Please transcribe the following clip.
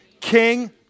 King